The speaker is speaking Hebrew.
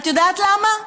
את יודעת למה?